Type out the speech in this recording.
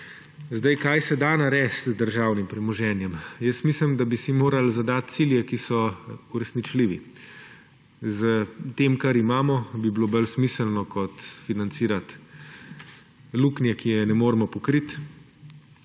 tako. Kaj se da narediti z državnim premoženjem? Jaz mislim, da bi si morali zadati cilje, ki so uresničljivi. S tem, kar imamo, bi bilo bolj smiselno kot financirati luknje, ki je ne moremo pokriti,